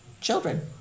children